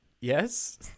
Yes